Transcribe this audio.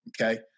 okay